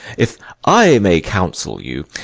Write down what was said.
if i may counsel you,